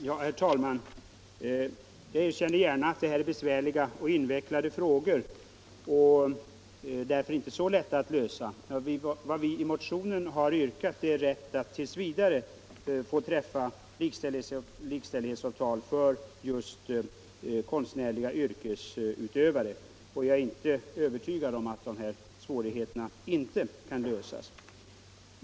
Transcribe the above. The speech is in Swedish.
Herr talman! Jag erkänner gärna att detta är besvärliga och invecklade frågor, och det är därför inte så lätt att finna någon lösning. Vad vi i motionen yrkar på är rätt för just konstnärliga yrkesutövare att tills vidare få träffa begränsade likställighetsavtal. Jag är inte övertygad om att dessa svårigheter inte kan undanröjas.